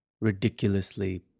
ridiculously